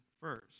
first